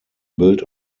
built